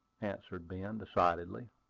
answered ben, decidedly.